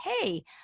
hey